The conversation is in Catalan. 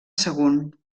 sagunt